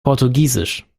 portugiesisch